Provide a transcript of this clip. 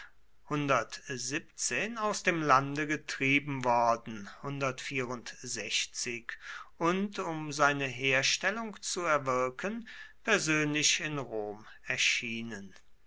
aus dem lande getrieben worden und um seine herstellung zu erwirken persönlich in rom erschienen